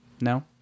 No